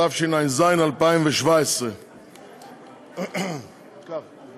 התשע"ז 2017. בסך הכול